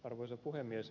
arvoisa puhemies